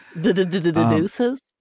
Deuces